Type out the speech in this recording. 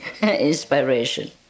inspiration